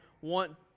want